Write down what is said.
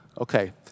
Okay